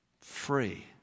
Free